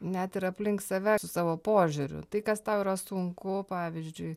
net ir aplink save su savo požiūriu tai kas tau yra sunku pavyzdžiui